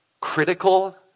critical